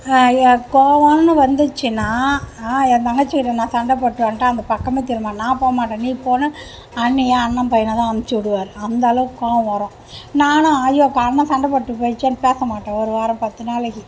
கோபன்னு வந்துடுச்சின்னா என் தங்கச்சிகிட்டே நான் சண்டை போட்டுவிட்டு வந்துட்டேன் அந்த பக்கமே திரும்ப மாட்டேன் நான் போக மாட்டேன் நீ போன்னு அண்ணியை அண்ணன் பையனைதான் அனுச்சுடுவார் அந்தளவுக்கு கோபம் வரும் நானும் ஐயோ அண்ணன் சண்டை போட்டு போயிடுச்சேன்னு பேசமாட்டேன் ஒரு வாரம் பத்து நாளைக்கு